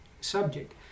subject